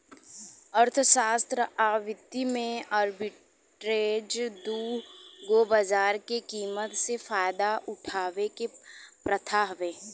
अर्थशास्त्र आ वित्त में आर्बिट्रेज दू गो बाजार के कीमत से फायदा उठावे के प्रथा हवे